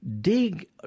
dig